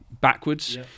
backwards